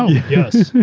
yes.